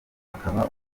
akaba